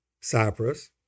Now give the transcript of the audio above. Cyprus